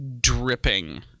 dripping